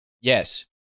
yes